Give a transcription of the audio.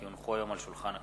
כי הונחו היום על שולחן הכנסת,